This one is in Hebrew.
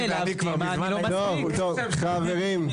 חברים,